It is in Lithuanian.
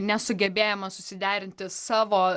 nesugebėjimas susiderinti savo